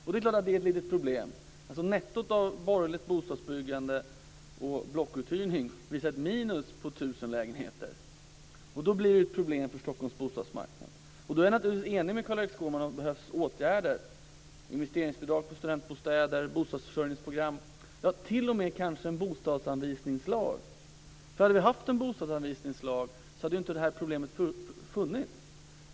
Det är klart att det är ett litet problem. Nettot av borgerligt bostadsbyggande och blockuthyrning är ett minus om 1 000 lägenheter. Då blir det problem för Stockholms bostadsmarknad. Jag är naturligtvis enig med Carl-Erik Skårman om att det behövs åtgärder: investeringsbidrag för studentbostäder, bostadsförsörjningsprogram, ja, kanske t.o.m. en bostadsanvisningslag. Hade vi haft en bostadsanvisningslag hade ju det här problemet inte funnits.